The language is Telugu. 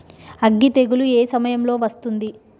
అగ్గి తెగులు ఏ సమయం లో వస్తుంది?